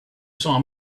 saw